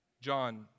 John